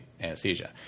anesthesia